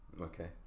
Okay